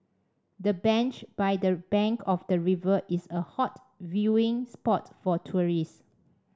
the bench by the bank of the river is a hot viewing spot for tourists